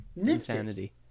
Insanity